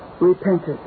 repented